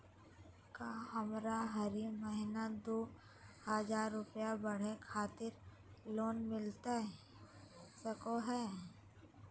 का हमरा हरी महीना दू हज़ार रुपया पढ़े खातिर लोन मिलता सको है?